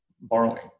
borrowing